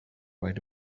right